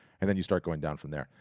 and then you start going down from there.